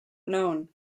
known